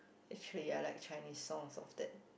actually ya I like Chinese songs of that